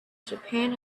japan